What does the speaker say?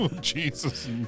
Jesus